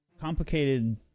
Complicated